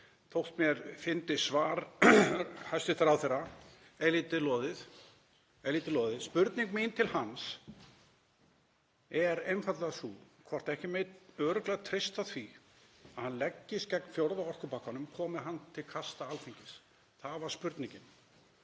þótt mér fyndist svarið eilítið loðið. Spurning mín til hans er einfaldlega sú hvort ekki megi örugglega treysta því að hann leggist gegn fjórða orkupakkanum komi hann til kasta Alþingis. Það var spurningin.